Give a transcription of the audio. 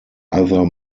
other